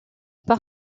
par